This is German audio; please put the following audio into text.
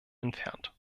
entfernt